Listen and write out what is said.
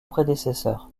prédécesseur